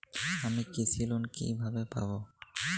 আমি কৃষি লোন কিভাবে পাবো?